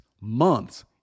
months